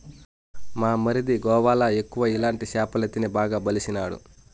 మా మరిది గోవాల ఎక్కువ ఇలాంటి సేపలే తిని బాగా బలిసినాడు